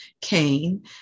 Cain